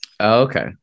okay